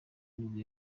nibwo